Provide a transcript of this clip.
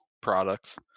products